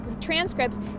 transcripts